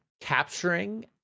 capturing